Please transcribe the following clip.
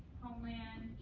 homeland,